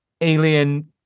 alien